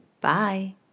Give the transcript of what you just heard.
Bye